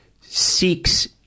seeks